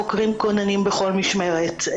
חוקרים כוננים בכל משמרת,